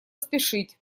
спешить